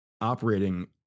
operating